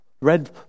red